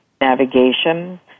navigation